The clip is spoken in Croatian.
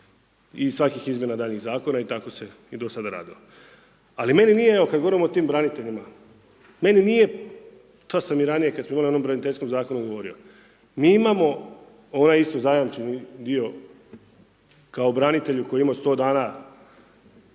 i svakih izmjena daljnjih zakona i tako se i do sada radilo. Ali meni nije, evo kad govorimo o tim braniteljima, meni nije, to sam i ranije kad smo imali o onome braniteljskom zakonu i govorio. Mi imamo ovaj isto zajamčeni dio kao branitelji koji imaju 100 dana